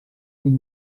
cinc